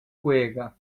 cuera